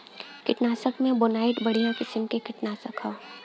कीटनाशक में बोनाइट बढ़िया किसिम क कीटनाशक हौ